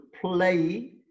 play